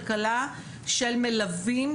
כלכלה של מלווים,